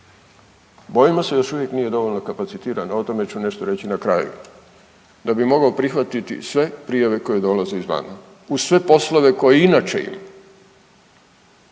bojimo se još uvijek nije dovoljno kapacitirano, o tome ću nešto reći na kraju, da bi mogao prihvatiti sve prijave koje dolaze izvana, uz sve poslove koje inače ima.